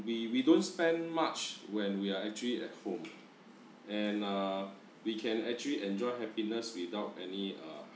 we we don't spend much when we are actually at home and uh we can actually enjoy happiness without any uh